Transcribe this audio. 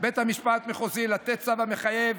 בית משפט מחוזי לתת צו המחייב